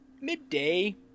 midday